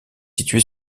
situé